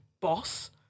boss